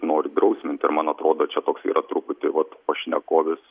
nori drausminti ir man atrodo čia toks yra truputį vat pašnekovės